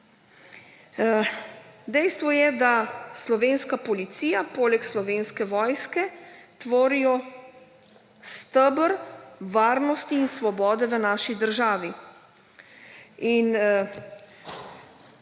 Dejstvo je, da slovenska policija poleg Slovenske vojske tvori steber varnosti in svobode v naši državi.